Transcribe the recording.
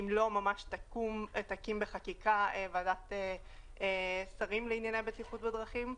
אם לא ממש תקים בחקיקה ועדת שרים לענייני בטיחות בדרכים.